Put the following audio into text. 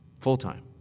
full-time